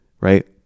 right